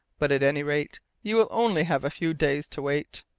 but, at any rate, you will only have a few days to wait.